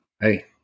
Hey